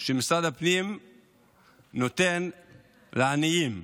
שמשרד הפנים נותן לעניים,